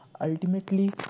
ultimately